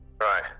Right